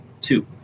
two